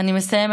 אני מסיימת.